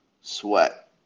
sweat